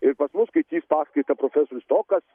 ir pas mus skaitys paskaitą profesorius tokas